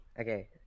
okay